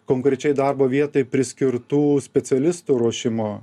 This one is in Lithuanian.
konkrečiai darbo vietai priskirtų specialistų ruošimo